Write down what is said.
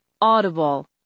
Audible